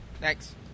Thanks